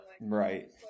Right